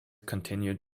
continued